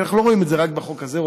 כי אנחנו לא רואים את זה רק בחוק הזה,